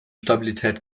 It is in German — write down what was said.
stabilität